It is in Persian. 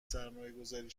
سرمایهگذاری